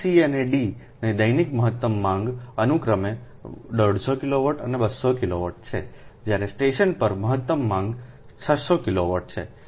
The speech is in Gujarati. ફીડર C અને D ની દૈનિક મહત્તમ માંગ અનુક્રમે 150 કિલોવોટ અને 200 કિલોવોટ છે જ્યારે સ્ટેશન પર મહત્તમ માંગ 600 કિલોવોટ છે